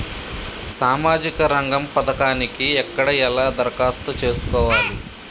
సామాజిక రంగం పథకానికి ఎక్కడ ఎలా దరఖాస్తు చేసుకోవాలి?